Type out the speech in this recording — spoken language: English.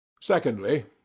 Secondly